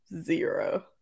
zero